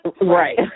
Right